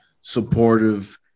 supportive